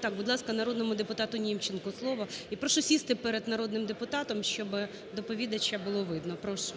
Так, будь ласка, народному депутату Німченко слово. І прошу сісти перед народним депутатом, щоби доповідача було видно. Прошу.